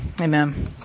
Amen